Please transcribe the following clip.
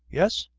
yes?